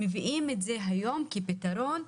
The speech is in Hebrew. מביאים את זה היום כפתרון,